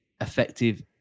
effective